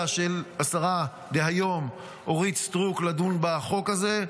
של השרה דהיום אורית סטרוק לדון בחוק הזה,